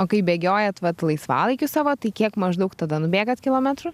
o kai bėgiojat vat laisvalaikiu savo tai kiek maždaug tada nubėgat kilometrų